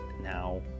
Now